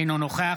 אינו נוכח